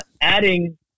Adding